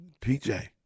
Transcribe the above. PJ